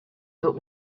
but